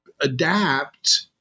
adapt